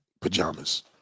pajamas